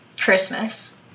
Christmas